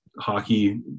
hockey